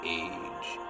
age